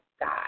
God